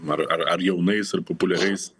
ar ar ar jaunais ir populiariais